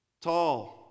tall